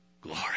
glory